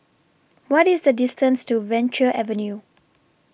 What IS The distance to Venture Avenue